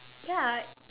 ya